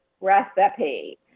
recipe